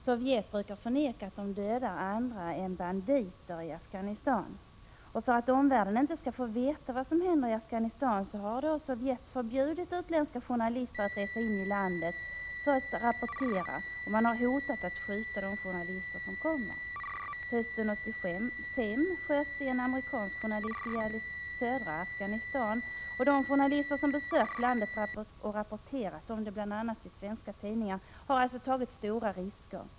Sovjet brukar förneka att de dödar andra än ”banditer” i Afghanistan. För att omvärlden inte skall få veta vad som händer i Afghanistan har Sovjet förbjudit utländska journalister att resa in i landet för att rapportera, och man har hotat att skjuta de journalister som kommer. Hösten 1985 sköts en amerikansk journalist ihjäl i södra Afghanistan. De journalister som besökt landet och rapporterat om det i bl.a. svenska tidningar har alltså tagit stora risker.